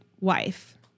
wife